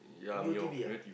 Mio T_V ah